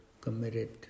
committed